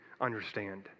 understand